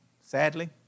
Sadly